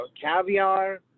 caviar